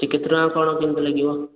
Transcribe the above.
କେତେ ଟଙ୍କା କ'ଣ କେମିତି ଲାଗିବ